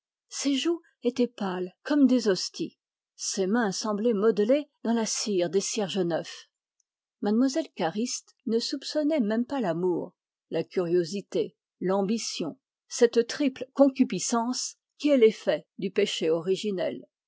ses joues étaient pâles comme des hosties ses mains semblaient modelées dans la cire des cierges neufs mlle cariste ne soupçonnait même pas l'amour la curiosité l'ambition cette triple concupiscence qui est l'effet du péché originel